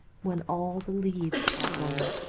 when all the leaves are gold.